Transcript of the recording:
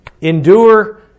endure